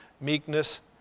meekness